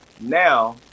Now